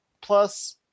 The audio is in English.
Plus